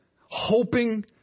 hoping